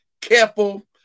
careful